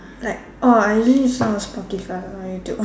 like orh I usually listen on Spotify not YouTube